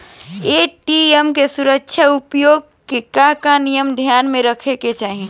ATM के सुरक्षा उपाय के का का नियम ध्यान में रखे के चाहीं?